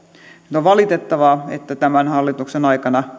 no on valitettavaa että tämän hallituksen aikana